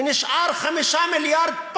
ונשאר פער של 5 מיליארד.